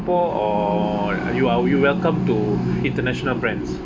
or you are we're welcome to international brands